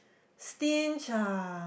stinge ah